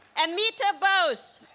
amita bose